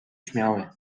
śmiały